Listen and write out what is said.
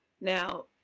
Now